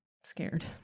scared